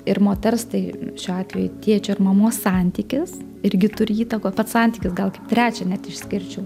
ir moters tai šiuo atveju tėčio ir mamos santykis irgi turi įtako pats santykis gal trečią net išskirčiau